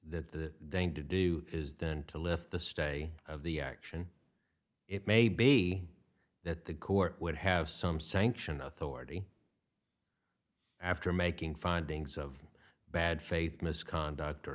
thing to do is then to lift the stay of the action it may be that the court would have some sanction authority after making findings of bad faith misconduct or